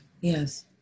yes